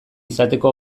izateko